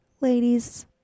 Ladies